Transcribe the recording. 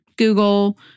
Google